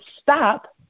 stop